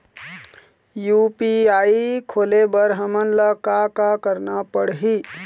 UPI खोले बर हमन ला का का करना पड़ही?